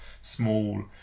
small